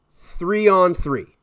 three-on-three